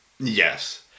Yes